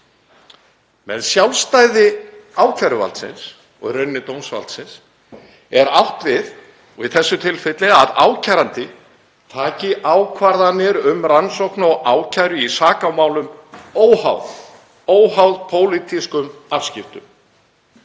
Með sjálfstæði ákæruvaldsins, og í rauninni dómsvaldsins, er átt við, og í þessu tilfelli, að ákærandi taki ákvarðanir um rannsókn og ákæru í sakamálum óháð pólitískum afskiptum.